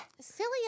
silly